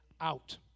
out